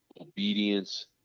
obedience